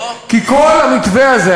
כי כל המתווה הזה,